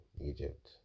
egypt